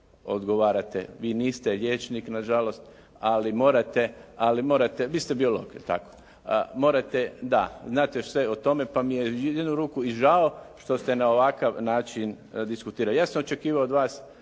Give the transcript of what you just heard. odgovarate. Vi niste liječnik na žalost, ali morate. Vi ste biolog jel tako? Da. Znate sve o tome, pa mi je u jednu ruku i žao što ste na ovakav način diskutirali. Ja sam očekivao od vas